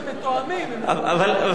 כדאי קצת לגוון.